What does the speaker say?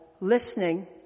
Listening